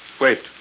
Wait